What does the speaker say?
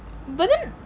but then